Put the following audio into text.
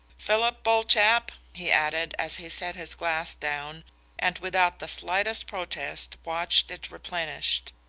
philip, old chap, he added, as he set his glass down and without the slightest protest watched it replenished,